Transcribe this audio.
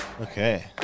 Okay